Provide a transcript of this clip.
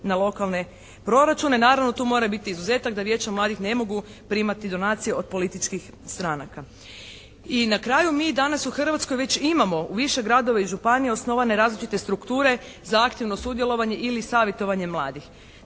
na lokalne proračune. Naravno tu mora biti izuzetak da Vijeća mladih ne mogu primati donacije od političkih stranaka. I na kraju mi danas u Hrvatskoj već imamo u više gradova i županije osnovane različite strukture za aktivno sudjelovanje ili savjetovanje mladih.